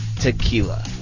tequila